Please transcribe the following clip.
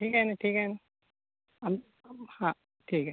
ठीक आहे ना ठीक आहे ना आम् हां ठीक आहे